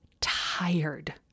tired